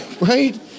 Right